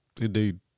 Indeed